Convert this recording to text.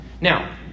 Now